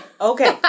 Okay